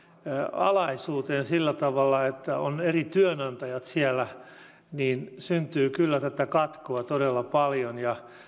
alaisuuteen sillä tavalla että on eri työnantajat siellä syntyy kyllä tätä katkoa todella paljon ja